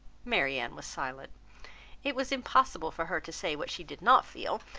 marianne was silent it was impossible for her to say what she did not feel,